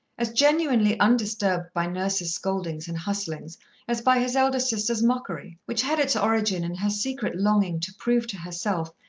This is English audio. as genuinely undisturbed by nurse's scoldings and hustlings as by his elder sister's mockery, which had its origin in her secret longing to prove to herself,